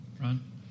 Ron